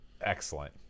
Excellent